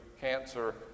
cancer